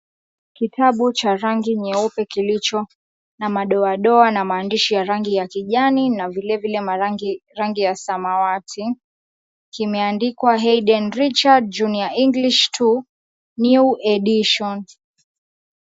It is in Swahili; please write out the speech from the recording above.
Kitabu cheupe kilicho na madoadoa na maandishi ya rangi meupe na kijani vilevile rangi ya samawati. Kimeandikwa Haydn Richards, Junior English 2 New Edition.